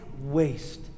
waste